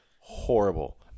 horrible